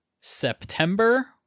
September